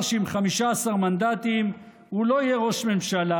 שעם 15 מנדטים הוא לא יהיה ראש ממשלה,